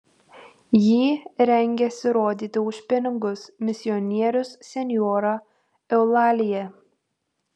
jį rengiasi rodyti už pinigus misionierius senjora eulalija